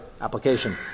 application